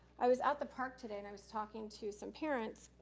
i was at the park today and i was talking to some parents,